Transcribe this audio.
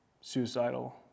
suicidal